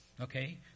Okay